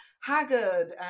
haggard